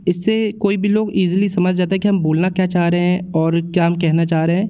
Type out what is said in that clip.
इससे कोई भी लोग इज़ीली समझ जाता है कि हम बोलना क्या चाह रहे हैं और क्या हम कहना चाह रहे हैं